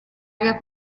area